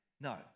no